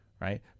right